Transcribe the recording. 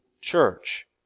church